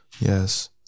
Yes